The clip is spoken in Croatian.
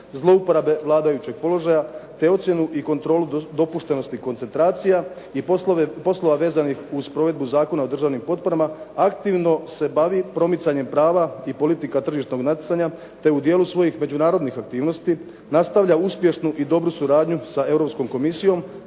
zlouporabe vladajućeg položaja te ocjenu i kontrolu dopuštenosti koncentracija i poslova vezanih uz provedbu Zakona o državnim potporama aktivno se bavi promicanjem prava i politika tržišnog natjecanja te u dijelu svojih međunarodnih aktivnosti nastavlja uspješnu i dobru suradnju sa Europskom komisijom